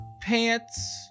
pants